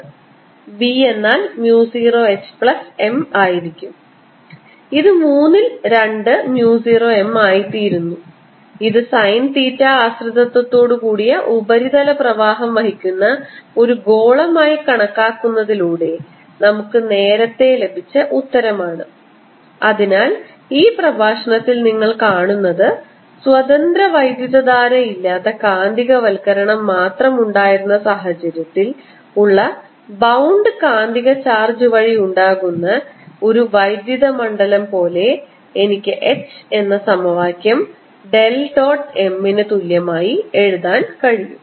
B എന്നാൽ mu 0 H plus M ആയിരിക്കും ഇത് മൂന്നിൽ രണ്ട് mu 0 M ആയിത്തീരുന്നു ഇത് സൈൻ തീറ്റ ആശ്രിതത്വത്തോടുകൂടിയ ഉപരിതല പ്രവാഹം വഹിക്കുന്ന ഒരു ഗോളമായി കണക്കാക്കുന്നതിലൂടെ നമുക്ക് നേരത്തെ ലഭിച്ച ഉത്തരമാണ് അതിനാൽ ഈ പ്രഭാഷണത്തിൽ നിങ്ങൾ കാണുന്നത് സ്വതന്ത്ര വൈദ്യുതധാര ഇല്ലാത്ത കാന്തികവൽക്കരo മാത്രം ഉണ്ടായിരിക്കുന്ന സാഹചര്യത്തിൽ ഉള്ള ബൌണ്ട് കാന്തിക ചാർജ് വഴി ഉണ്ടാകുന്ന ഒരു വൈദ്യുത മണ്ഡലം പോലെ എനിക്ക് H എന്ന സമവാക്യം ഡെൽ ഡോട്ട് M ന് തുല്യമായി എഴുതാൻ കഴിയും